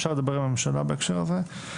אפשר לדבר עם הממשלה בהקשר הזה.